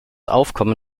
aufkommen